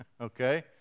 okay